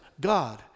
God